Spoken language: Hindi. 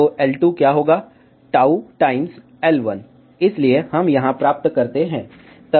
तो L2 क्या होगा टाउ टाइम्स L1 इसलिए हम यहां प्राप्त करते हैं